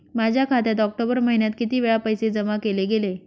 माझ्या खात्यात ऑक्टोबर महिन्यात किती वेळा पैसे जमा केले गेले?